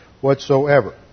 whatsoever